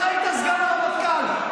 אתה היית סגן הרמטכ"ל.